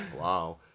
Wow